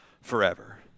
forever